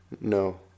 No